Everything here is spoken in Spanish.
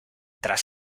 tras